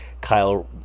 Kyle